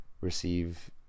Receive